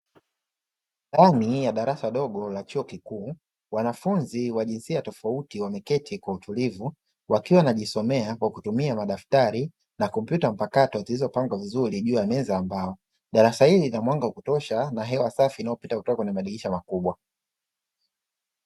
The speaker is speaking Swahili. Ndani ya darasa dogo la chuo kikuu, wanafunzi wa jinsia tofauti wameketi kwa utulivu, wakiwa wanajisomea kwa kutumia madaftari na kompyuta mpakato zilizopangwa vizuri juu ya meza ya mbao. Darasa hili lina mwanga wa kutosha na hewa safi inayopita kwenye madirisha makubwa